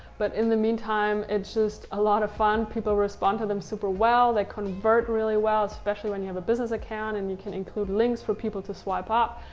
but in the mean time it's just a lot of fun. people respond to them super well. they convert really well, especially when you have a business account and you can include links for people to swipe up.